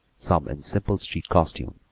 some in simple street costume,